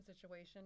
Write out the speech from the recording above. situation